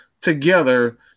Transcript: together